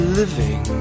living